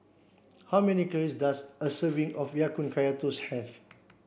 how many calories does a serving of Ya Kun Kaya Toast have